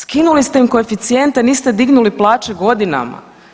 Skinuli ste im koeficijente, niste dignuli plaće godinama.